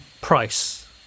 price